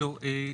לא,